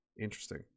Interesting